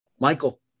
Michael